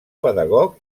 pedagog